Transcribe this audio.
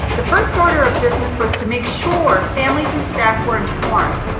the first order of business was to make sure families and staff were informed.